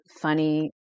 funny